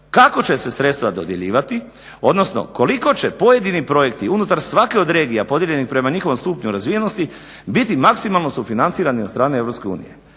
kako će se sredstva dodjeljivati, odnosno koliko će pojedini projekti unutar svake od regija podijeljenih prema njihovom stupnju razvijenosti biti maksimalno sufinancirani od strane